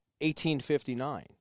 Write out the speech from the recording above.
1859